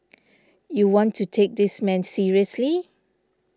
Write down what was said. you want to take this man seriously